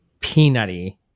peanutty